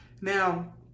now